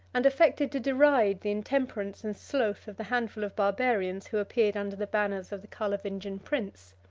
and affected to deride the intemperance and sloth of the handful of barbarians who appeared under the banners of the carlovingian prince.